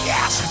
Yes